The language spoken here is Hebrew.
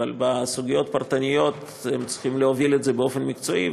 אבל בסוגיות פרטניות הם צריכים להוביל את זה באופן מקצועי,